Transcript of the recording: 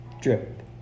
drip